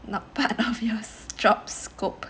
not part of your job scope